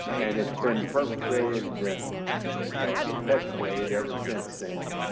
and it's been perpetrated and perpetuated ever since then.